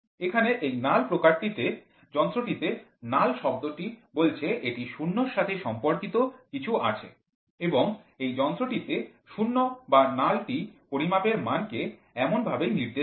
এখানে এই নাল প্রকারটি তে যন্ত্রটিতে নাল শব্দটি বলছে এটি ০ এর সাথে সম্পর্কিত কিছু আছে এবং এই যন্ত্রটিতে ০ বা নাল টি পরিমাপের মান কে এমনভাবেই নির্দেশ করে